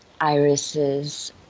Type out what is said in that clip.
irises